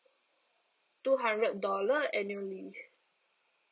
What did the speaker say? two hundred dollar annually